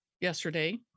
yesterday